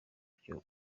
byo